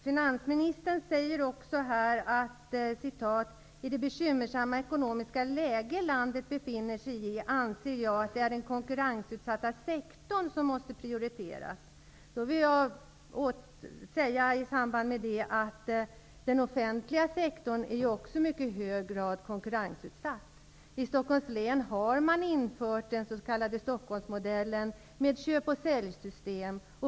Finansministern säger också här: ''I det bekymmersamma ekonomiska läge landet befinner sig i anser jag att det är den konkurrensutsatta sektorn som måste prioriteras.'' I samband med det vill jag säga att den offentliga sektorn också i mycket hög grad är konkurrensutsatt. I Stockholms län har man infört den s.k. Stockholmsmodellen med köp-och-sälj-system.